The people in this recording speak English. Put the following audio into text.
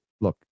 look